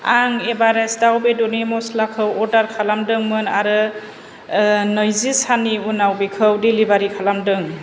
आं एभारेस्ट दाउ बेदरनि मस्लाखौ अर्डार खालामदोंमोन आरो नैजि साननि उनाव बेखौ डेलिबारि खालामदों